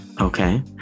Okay